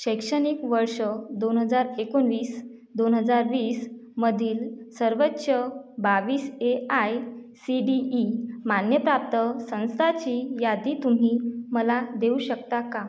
शैक्षणिक वर्ष दोन हजार एकोणावीस दोन हजार वीसमधील सर्वोच्च बावीस A I C T E मान्यताप्राप्त संस्थांची यादी तुम्ही मला देऊ शकता का